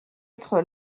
être